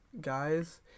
guys